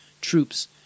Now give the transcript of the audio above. troops